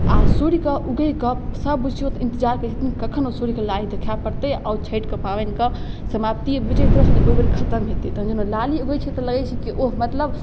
आओर सूर्यके उगैके सब बुझिऔ तऽ इन्तजार करै छथिन कखन ओ सूर्यके लाली देखाइ पड़तै आओर छठिके पाबनिके समाप्ति बुझिऔ तऽ एक तरहसँ ओहिबेर खतम हेतै लाली आबै छै तऽ लगै छै ओ मतलब